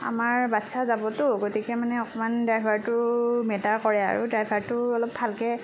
আমাৰ বাচ্ছা যাবতো গতিকে মানে অকণমান ড্ৰাইভাৰটো মেটাৰ কৰে আৰু ড্ৰাইভাৰটো অলপ ভালকৈ